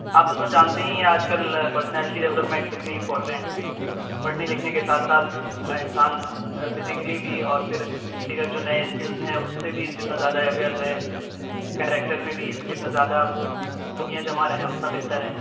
آپ تو سر جانتے ہی ہیں آج کل پرسنالٹی ڈیولپمنٹ کتنی امپورٹنٹ ہے پڑھنے لکھنے کے ساتھ ساتھ انسان فزیکلی بھی اور پھر دیگر جو نئے اسکلس ہیں اس سے بھی جتنا زیادہ اویر رہے کیریکٹر میں بھی جتنا زیادہ خوبیاں جمع رہیں اتنا بہتر ہے